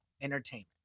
entertainment